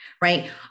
right